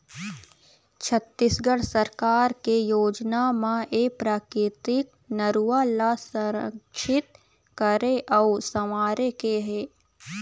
छत्तीसगढ़ सरकार के योजना म ए प्राकृतिक नरूवा ल संरक्छित करे अउ संवारे के हे